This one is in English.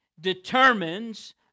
determines